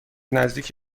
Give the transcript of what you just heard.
نزدیک